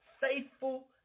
faithful